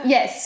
Yes